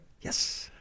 Yes